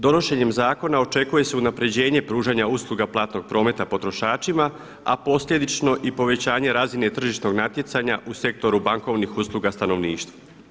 Donošenjem zakona očekuje se unapređenje pružanja usluga platnog prometa potrošačima a posljedično i povećanje razine tržišnog natjecanja u sektoru bankovnih usluga stanovništvu.